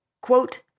quote